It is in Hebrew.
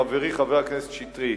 חברי חבר הכנסת שטרית,